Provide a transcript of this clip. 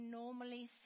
normally